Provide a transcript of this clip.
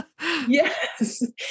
Yes